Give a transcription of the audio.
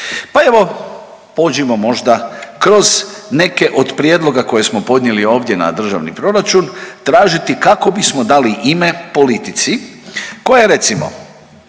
Pa evo pođimo možda kroz neke od prijedloga koje smo podnijeli ovdje na državni proračun, tražiti kako bismo dali ime politici koja recimo